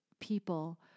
people